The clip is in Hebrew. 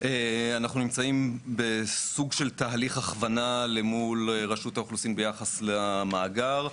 אנחנו נמצאים בסוג של תהליך הכוונה למול רשות האוכלוסין ביחס למאגר,